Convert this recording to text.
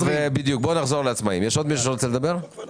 יש עוד מישהו מחברי